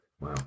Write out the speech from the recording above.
wow